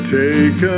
take